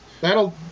that'll